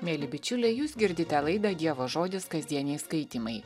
mieli bičiuliai jūs girdite laidą dievo žodis kasdieniai skaitymai